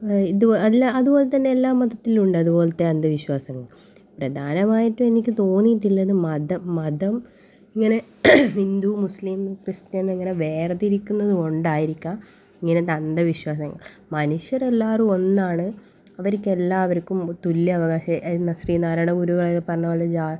ഇത് അല്ല അതുപോലെ തന്നെ എല്ലാ മതത്തിലും ഉണ്ട് അതുപോലത്തെ അന്ധവിശ്വാസങ്ങൾ പ്രധാനമായിട്ടും എനിക്ക് തോന്നിയിട്ടുള്ളത് മതം മതം ഇങ്ങനെ ഹിന്ദു മുസ്ലിം ക്രിസ്ത്യൻന്ന് ഇങ്ങനെ വേർതിരിക്കുന്നത് കൊണ്ടായിരിക്കാം ഇങ്ങനത്തെ അന്ധവിശ്വാസങ്ങൾ മനുഷ്യരെല്ലാരും ഒന്നാണ് അവർക്കെല്ലാവർക്കും തുല്യ അവകാശം എന്ന ശ്രീ നാരായണ ഗുരു പറഞ്ഞത് പോലെ ജാ